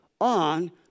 on